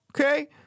Okay